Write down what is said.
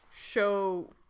show